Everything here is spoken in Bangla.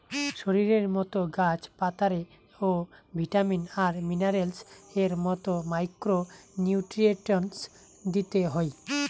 শরীরের মতো গাছ পাতারে ও ভিটামিন আর মিনারেলস এর মতো মাইক্রো নিউট্রিয়েন্টস দিতে হই